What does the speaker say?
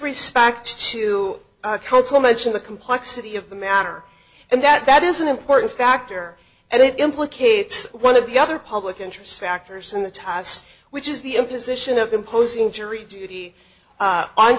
respect to code so much of the complexity of the matter and that that is an important factor and it implicates one of the other public interest factors in the ties which is the imposition of imposing jury duty